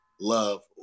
love